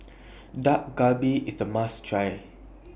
Dak Galbi IS A must Try